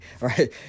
Right